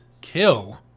kill